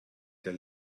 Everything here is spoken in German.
der